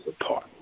apart